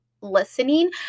listening